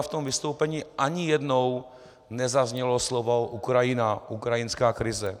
V tom vystoupení ani jednou nezaznělo slovo Ukrajina, ukrajinská krize.